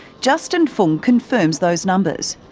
justin fung confirms those numbers,